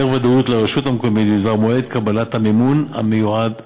ודאות לרשות המקומית בדבר מועד קבלת המימון המיועד לידיה,